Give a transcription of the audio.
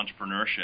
entrepreneurship